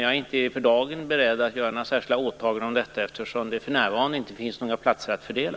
Jag är dock för dagen inte beredd att göra några särskilda åtaganden om detta, eftersom det för närvarande inte finns några platser att fördela.